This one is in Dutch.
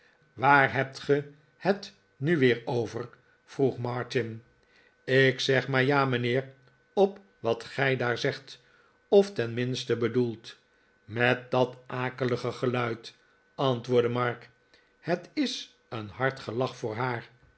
waar hebt ge het nu weer over vroeg martin ik zeg maar ja mijnheer op wat gij daar zegt of tenminste bedoelt met dat akelige geluid antwoordde mark het is een hard gelag voor haar